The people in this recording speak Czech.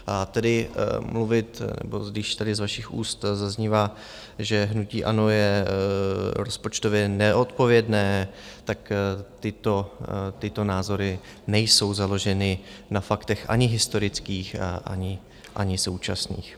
A tedy mluvit, nebo když tady z vašich úst zaznívá, že hnutí ANO je rozpočtově neodpovědné, tak tyto názory nejsou založeny na faktech ani historických, ani současných.